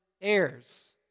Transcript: heirs